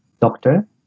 doctor